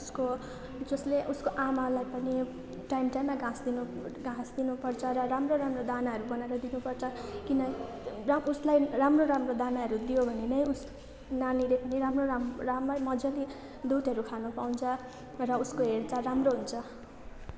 उसको जसले उसको आमालाई पनि टाइम टाइममा घाँस दिनु घाँस दिनुपर्छ र राम्रोराम्रो दानाहरू बनाएर दिनुपर्छ किन उसलाई राम्रोराम्रो दानाहरू दियो भने नै उसको नानीले पनि राम्रो राम् राम मजले दुधहरू खानु पाउँछ र उसको हेरचार राम्रो हुन्छ